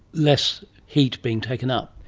less heat being taken up?